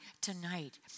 tonight